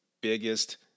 biggest